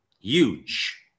Huge